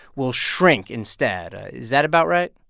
will shrink instead. is that about right?